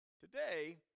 Today